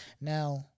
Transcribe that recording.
Now